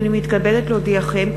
הנני מתכבדת להודיעכם,